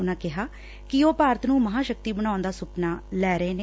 ਉਨਾ ਕਿਹਾ ਕਿ ਉਹ ਭਾਰਤ ਨੂੰ ਮਹਾਂ ਸ਼ਕਤੀ ਬਣਾਉਣ ਦਾ ਸੁਪਨਾ ਲੈ ਰਹੇ ਨੇ